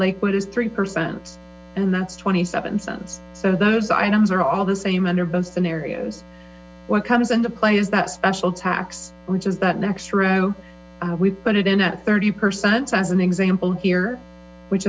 lakewood is three percent and that's twenty seven so those items are all the same under both scenarios what comes into play is that special tax which is that an extra we put it in at thirty percent as an example here which